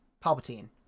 Palpatine